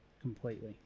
completely